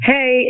Hey